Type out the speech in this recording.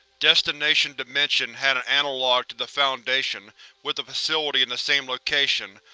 destination dimension had an analogue to the foundation with a facility in the same location,